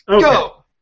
Go